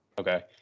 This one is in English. Okay